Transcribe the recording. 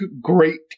great